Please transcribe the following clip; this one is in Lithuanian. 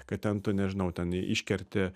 kad ten tu nežinau ten iškerti